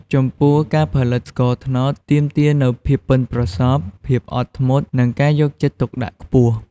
ចំពោះ ការផលិតស្ករត្នោតទាមទារនូវភាពប៉ិនប្រសប់ ភាពអត់ធ្មត់ និងការយកចិត្តទុកដាក់ខ្ពស់។